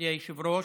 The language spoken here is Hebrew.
מכובדי היושב-ראש,